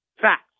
facts